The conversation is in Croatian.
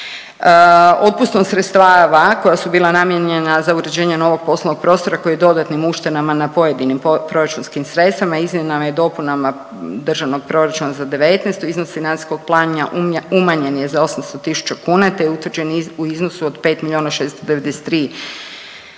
Otpustom sredstava koja su bila namijenjena za uređenje novog poslovnog prostora koji dodatnim uštedama na pojedinim proračunskim sredstvima izmjenama i dopunama državnog proračuna za '19. iznos financijskog plana umanjen je za 800 tisuća kuna, te je utvrđen u iznosu od 5